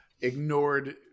ignored